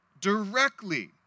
directly